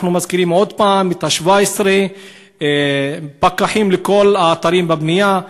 אנחנו מזכירים עוד פעם את 17 הפקחים לכל אתרי הבנייה,